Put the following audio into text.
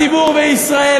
הציבור בישראל,